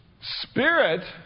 Spirit